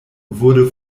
wurde